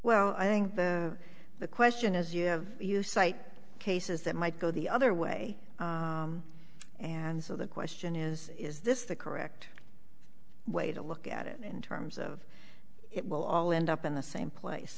well i think the question is you have you cite cases that might go the other way and so the question is is this the correct way to look at it in terms of it will all end up in the same place